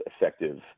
effective